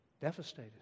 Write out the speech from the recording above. Devastated